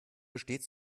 besteht